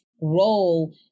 role